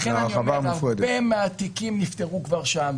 לכן אני אומר, הרבה מהתיקים נפתרו כבר שם.